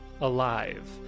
alive